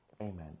Amen